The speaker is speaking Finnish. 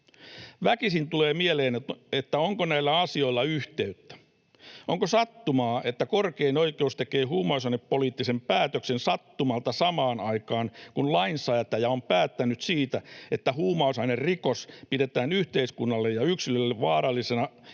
Väkisin tulee mieleen, onko näillä asioilla yhteyttä. Onko sattumaa, että korkein oikeus tekee huumausainepoliittisen päätöksen sattumalta samaan aikaan, kun lainsäätäjä on päättänyt siitä, että huumausainerikosta pidetään yhteiskunnalle ja yksilölle vaarallisena rikoksena